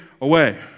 away